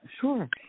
sure